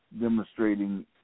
demonstrating